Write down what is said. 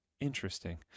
Interesting